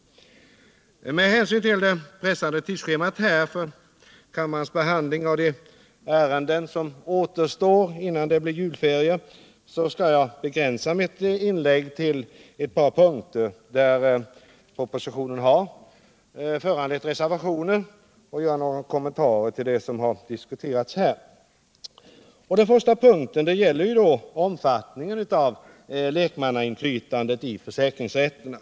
Med hänsyn till det pressade tidsschemat för kammarens behandling av de ärenden som återstår innan julferierna börjar skall jag begränsa mitt inlägg till ett par punkter där propositionen har föranlett reservation. Jag har också några kommentarer till det som här har diskuterats. Den första punkten gäller omfattningen av lekmannainflytandet i försäkringsrätterna.